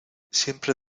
siempre